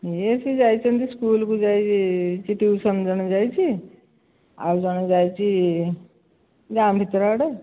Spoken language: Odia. ଏ ସେ ଯାଇଛନ୍ତି ସ୍କୁଲ୍କୁ ଯାଇ ଟ୍ୟୁସନ୍ ଜଣେ ଯାଇଛି ଆଉ ଜଣେ ଯାଇଛି ଗାଁ ଭିତରଆଡ଼େ